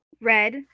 red